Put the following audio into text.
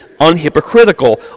unhypocritical